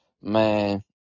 man